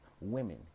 women